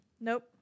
nope